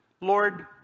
Lord